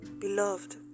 beloved